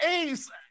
ace